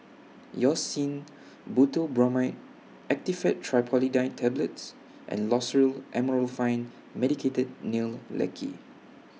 Hyoscine Butylbromide Actifed Triprolidine Tablets and Loceryl Amorolfine Medicated Nail Lacquer